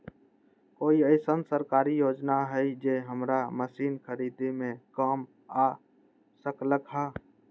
कोइ अईसन सरकारी योजना हई जे हमरा मशीन खरीदे में काम आ सकलक ह?